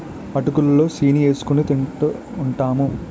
అటుకులు లో సీని ఏసుకొని తింటూంటాము